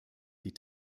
die